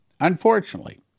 Unfortunately